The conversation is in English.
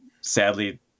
sadly